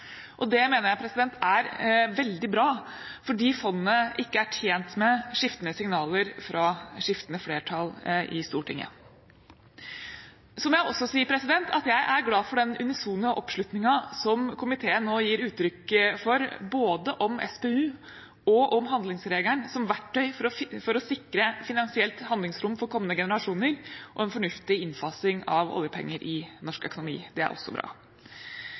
innstillingen. Det mener jeg er veldig bra, fordi fondet ikke er tjent med skiftende signaler fra skiftende flertall i Stortinget. Så må jeg også si at jeg er glad for den unisone oppslutningen som komiteen nå gir uttrykk for både om SPU og om handlingsregelen som verktøy for å sikre finansielt handlingsrom for kommende generasjoner og en fornuftig innfasing av oljepenger i norsk økonomi. Det er også bra.